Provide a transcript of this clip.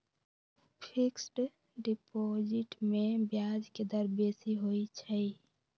fixed deposit में ब्याज के दर बेशी होइ छइ